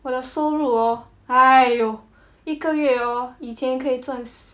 我的收入 orh !aiyo! 一个月 hor 以前可以赚